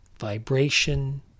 vibration